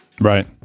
Right